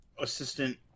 assistant